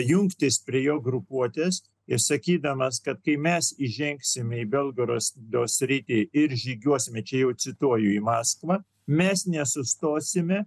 jungtis prie jo grupuotės ir sakydamas kad kai mes įžengsime į belgorodo sritį ir žygiuosime čia jau cituoju į maskvą mes nesustosime